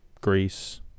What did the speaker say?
greece